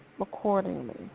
accordingly